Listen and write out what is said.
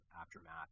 aftermath